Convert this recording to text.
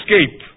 escape